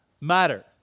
matter